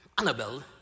Annabelle